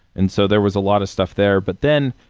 and so, there was a lot of stuff there. but then,